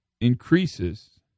increases